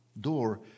door